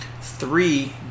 Three